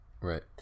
Right